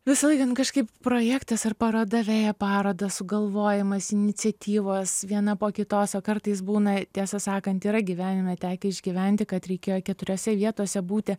visą laiką nu kažkaip projektas ar paroda veja parodą sugalvojimas iniciatyvos viena po kitos o kartais būna tiesą sakant yra gyvenime tekę išgyventi kad reikėjo keturiose vietose būti